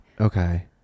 Okay